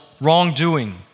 wrongdoing